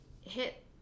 hit